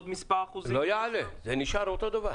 זה לא יעלה, זה נשאר אותו הדבר.